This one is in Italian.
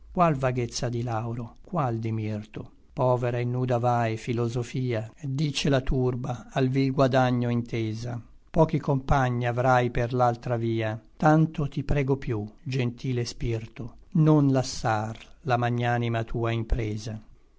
qual vaghezza di lauro qual di mirto povera et nuda vai philosophia dice la turba al vil guadagno intesa pochi compagni avrai per l'altra via tanto ti prego piú gentile spirto non lassar la magnanima tua impresa